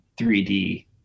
3d